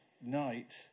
night